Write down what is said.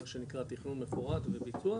מה שנקרא פירוט מפורט וביצוע,